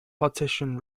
partition